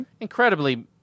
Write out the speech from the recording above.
Incredibly